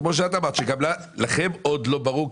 ואת אמרת שגם לכם זה עוד לא ברור,